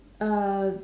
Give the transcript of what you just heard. uh